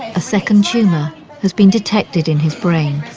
a second tumour has been detected in his brain.